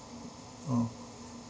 oh